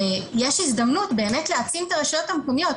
יש הזדמנות באמת להעצים את הרשויות המקומיות.